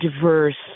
diverse